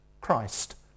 Christ